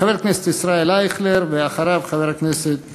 חבר הכנסת ישראל אייכלר, ואחריו, חבר הכנסת